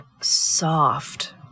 soft